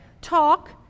talk